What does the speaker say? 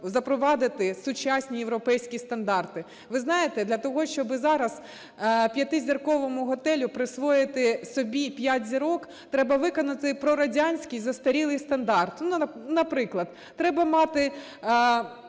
запровадити сучасні європейські стандарти. Ви знаєте, для того, щоби зараз п'ятизірковому готелю присвоїти собі п'ять зірок треба виконати прорадянський застарілий стандарт. Ну, наприклад, треба мати